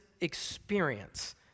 experience